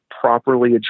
properly